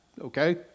okay